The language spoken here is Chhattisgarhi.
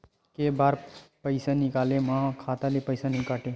के बार पईसा निकले मा खाता ले पईसा नई काटे?